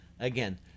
Again